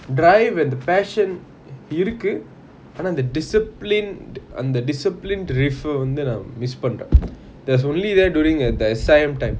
dry when the passion இரு ஆனா அந்த:iru aana antha disciplined அந்த:antha discipline வந்து:vanthu miss பண்றன்:panran there's only there during a the silent time